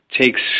takes